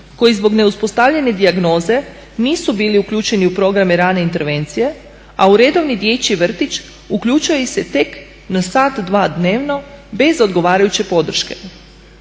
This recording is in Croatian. koji zbog neuspostavljene dijagnoze nisu bili uključeni u programe rane intervencije, a u redovni dječji vrtić uključuje ih se tek na sat, dva dnevno bez odgovarajuće podrške.